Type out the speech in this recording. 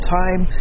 time